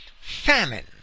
famine